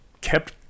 kept